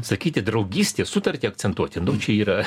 sakyti draugystės sutartį akcentuoti nu čia yra